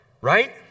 right